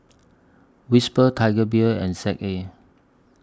Whisper Tiger Beer and Z A